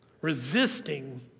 resisting